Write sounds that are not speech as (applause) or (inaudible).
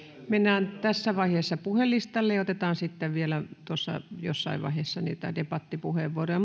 mennään tässä vaiheessa puhelistalle ja otetaan sitten vielä tuossa jossain vaiheessa niitä debattipuheenvuoroja (unintelligible)